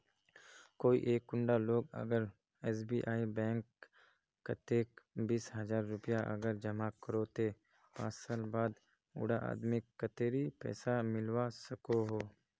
कोई एक कुंडा लोग अगर एस.बी.आई बैंक कतेक बीस हजार रुपया अगर जमा करो ते पाँच साल बाद उडा आदमीक कतेरी पैसा मिलवा सकोहो?